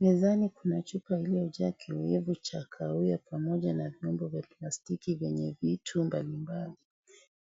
Mezani kuna chupa iliyojaa kiowevu cha kahawia pamoja na vyombo vya plastiki vyenye vitu mbalimbali.